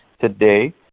today